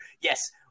yes